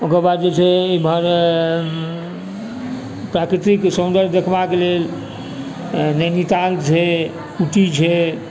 ओकर बाद जे छै एम्हर प्राकृतिक सुन्दर देखबाके लेल नैनीताल छै ऊटी छै